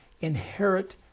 inherit